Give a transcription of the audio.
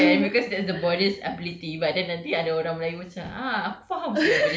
you can speak korean because that's the body's ability but then nanti ada orang melayu macam ah